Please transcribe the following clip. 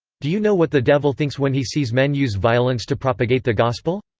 do you know what the devil thinks when he sees men use violence to propagate the gospel?